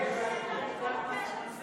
סגן השר,